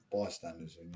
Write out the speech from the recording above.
bystanders